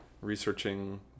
researching